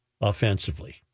offensively